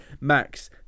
Max